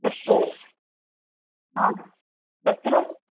अस्तु तत्र